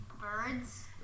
Birds